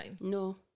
No